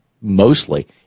mostly